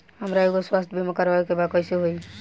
हमरा एगो स्वास्थ्य बीमा करवाए के बा कइसे होई?